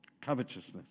Covetousness